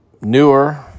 newer